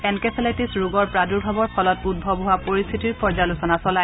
encephalitis ৰোগৰ প্ৰাদুৰ্ভাৱৰ ফলত উদ্ভৱ হোৱা পৰিস্থিতিৰ পৰ্য্যালোচনা চলায়